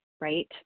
right